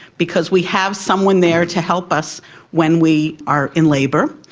because we have someone there to help us when we are in labour,